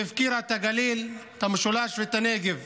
שהפקירה את הגליל, את המשולש ואת הנגב,